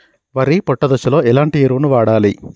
వరి పొట్ట దశలో ఎలాంటి ఎరువును వాడాలి?